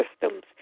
systems